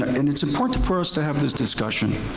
and it's important for us to have this discussion.